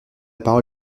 parole